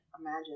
imagine